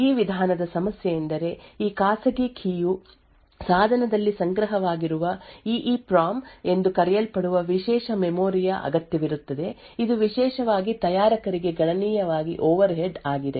ಈ ವಿಧಾನದ ಸಮಸ್ಯೆಯೆಂದರೆ ಈ ಖಾಸಗಿ ಕೀ ಯು ಸಾಧನದಲ್ಲಿ ಸಂಗ್ರಹವಾಗಿರುವ ಇ ಇ ಪಿ ರೊಂಮ್ ಎಂದು ಕರೆಯಲ್ಪಡುವ ವಿಶೇಷ ಮೆಮೊರಿಯ ಅಗತ್ಯವಿರುತ್ತದೆ ಇದು ವಿಶೇಷವಾಗಿ ತಯಾರಕರಿಗೆ ಗಣನೀಯವಾಗಿ ಓವರ್ಹೆಡ್ ಆಗಿದೆ